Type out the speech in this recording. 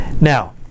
now